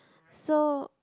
so